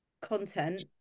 content